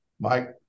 Mike